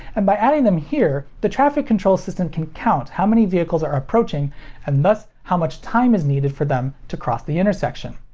and by adding them here the traffic control system can count how many vehicles are approaching and thus how much time is needed for them to cross the intersection.